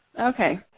Okay